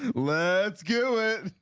let's go